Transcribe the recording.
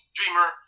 Dreamer